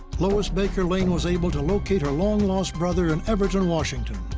lois baker lane was able to locate her long-lost brother in everett, and washington.